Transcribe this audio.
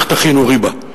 איך תכינו ריבה.